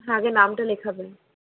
হ্যাঁ আগে নামটা লেখাবেন